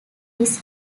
his